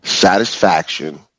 satisfaction